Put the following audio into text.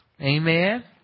Amen